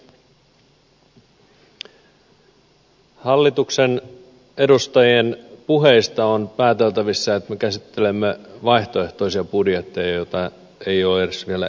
hallituksen edustajien puheista on pääteltävissä että me käsittelemme vaihtoehtoisia budjetteja joita ei ole vielä edes esitetty